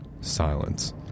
Silence